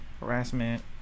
harassment